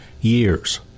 years